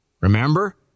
remember